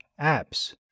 apps